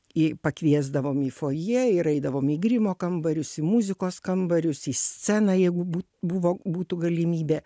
į pakviesdavom į fojė ir eidavom į grimo kambarius į muzikos kambarius į sceną jeigu bū buvo būtų galimybė